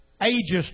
ages